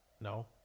No